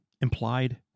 implied